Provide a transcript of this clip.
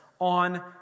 on